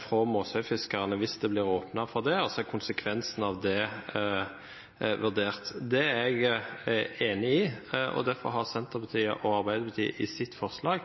fra Måsøy-fiskerne hvis det blir åpnet for det, og så er konsekvensen av det vurdert. Det er jeg enig i, og derfor har Senterpartiet og Arbeiderpartiet i sitt forslag